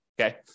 Okay